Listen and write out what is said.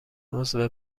عضو